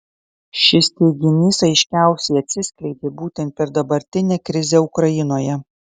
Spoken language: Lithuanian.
šis teiginys aiškiausiai atsiskleidė būtent per dabartinę krizę ukrainoje